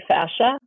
fascia